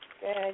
Good